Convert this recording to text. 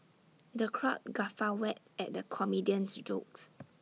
the crowd guffawed at the comedian's jokes